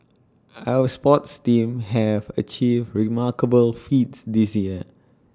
our sports teams have achieved remarkable feats this year